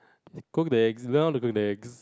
cook the eggs you don't know how to cook the eggs